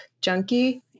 junkie